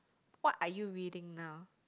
what are you reading now